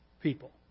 people